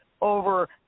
over –